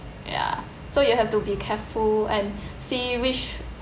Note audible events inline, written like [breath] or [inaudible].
ya so you have to be careful and [breath] see which